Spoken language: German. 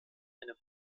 eine